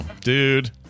dude